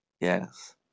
Yes